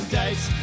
dates